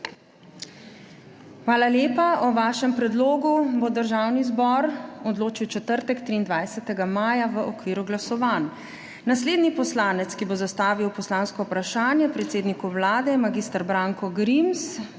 Hvala lepa. O vašem predlogu bo Državni zbor odločil v četrtek, 23. maja, v okviru glasovanj. Naslednji poslanec, ki bo zastavil poslansko vprašanje predsedniku Vlade, je mag. Branko Grims.